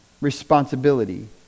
responsibility